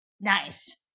Nice